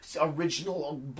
original